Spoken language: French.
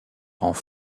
rangs